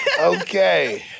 Okay